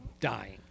dying